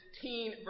teen